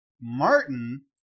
Martin